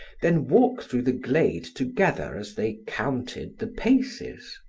then walk through the glade together as they counted the paces.